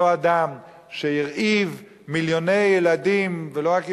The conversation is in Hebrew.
אותו אדם שהרעיב מיליוני ילדים ולא רק יהודים,